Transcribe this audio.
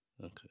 Okay